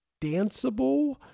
danceable